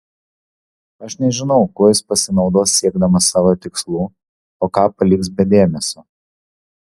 aš nežinau kuo jis pasinaudos siekdamas savo tikslų o ką paliks be dėmesio